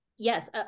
Yes